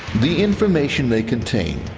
the information they contain,